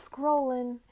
scrolling